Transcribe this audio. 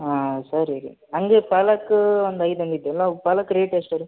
ಹಾಂ ಸರಿ ರೀ ಹಂಗೆ ಪಾಲಕ್ ಒಂದು ಐದು ಅಂದಿದೆಲ್ಲ ಪಾಲಕ್ ರೇಟ್ ಎಷ್ಟು ರೀ